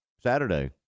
Saturday